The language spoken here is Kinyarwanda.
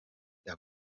aba